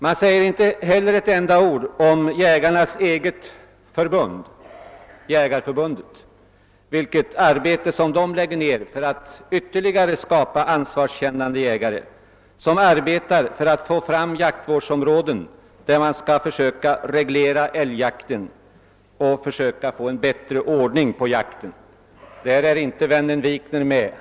Man säger inte heller ett enda ord om vilket arbete jägarnas eget förbund, Svenska jägareförbundet, lägger ned för att ytterligare öka jägarnas ansvarskänsla och för att få jaktvårdsområden där man skall försöka reglera älgjakten och åstadkomma en bättre ordning på den. Därvidlag är inte vännen Wikner med.